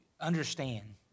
understand